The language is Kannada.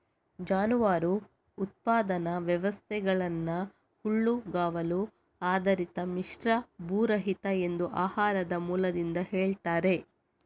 ಜಾನುವಾರು ಉತ್ಪಾದನಾ ವ್ಯವಸ್ಥೆಗಳನ್ನ ಹುಲ್ಲುಗಾವಲು ಆಧಾರಿತ, ಮಿಶ್ರ, ಭೂರಹಿತ ಎಂದು ಆಹಾರದ ಮೂಲದಿಂದ ಹೇಳ್ತಾರೆ